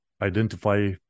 identify